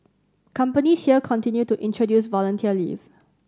companies here continue to introduce volunteer leave